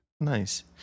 Nice